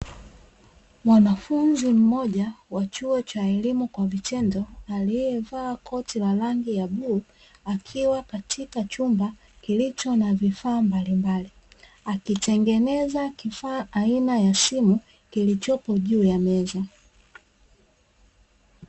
Mwanafunzi mmoja wa chuo cha elimu kwa vitendo, aliyevaa koti la rangi ya bluu, akiwa katika chumba kilicho na vifaa mbalimbali, akitengeneza kifaa ina ya simu, kilichopo juu ya meza.